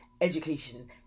education